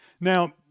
Now